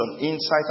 insight